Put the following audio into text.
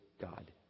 God